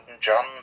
John